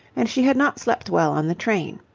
and she had not slept well on the train.